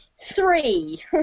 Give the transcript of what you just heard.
Three